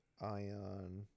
Ion